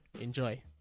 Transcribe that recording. Enjoy